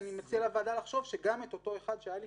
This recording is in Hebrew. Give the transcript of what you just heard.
שאני מציע לוועדה לחשוב שגם את אותו אחד שהיה לפני,